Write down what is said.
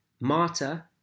Marta